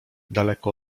daleko